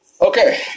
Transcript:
Okay